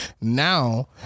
now